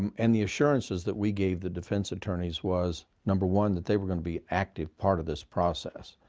um and the assurances that we gave the defense attorneys was, number one, that they were going to be active part of this process,